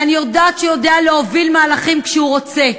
ואני יודעת שהוא יודע להוביל מהלכים כשהוא רוצה.